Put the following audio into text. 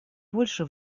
больше